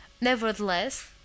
Nevertheless